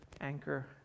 anchor